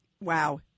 Wow